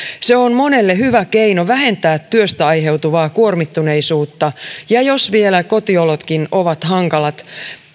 se on monelle hyvä keino vähentää työstä aiheutuvaa kuormittuneisuutta ja jos vielä kotiolotkin ovat hankalat